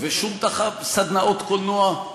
ושום סדנאות קולנוע,